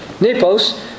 Nepos